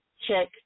check